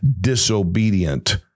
disobedient